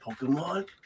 Pokemon